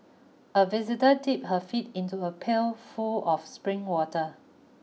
a visitor dip her feet into a pail full of spring water